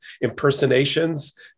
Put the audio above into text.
impersonations